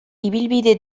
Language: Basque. ibilbide